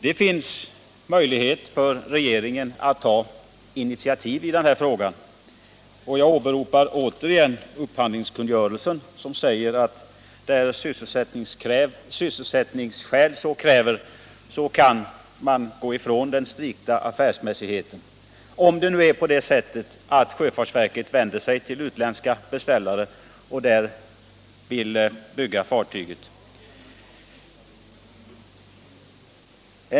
Det finns möjlighet för regeringen att ta initiativ i den här frågan. Jag åberopar upphandlingskungörelsen som säger att därest sysselsättningsskäl så kräver kan man gå ifrån den strikta affärsmässigheten — om det nu är så att sjöfartsverket vänder sig till utländska beställare för byggande av detta fartyg.